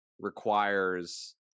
requires